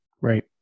Right